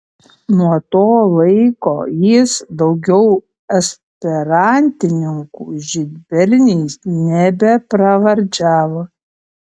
nuo to laiko jis daugiau esperantininkų žydberniais nebepravardžiavo